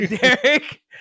Derek